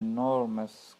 enormous